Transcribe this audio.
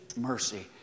mercy